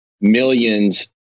millions